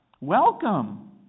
Welcome